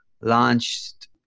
launched